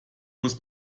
muss